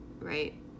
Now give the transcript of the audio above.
right